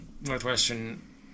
Northwestern